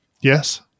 yes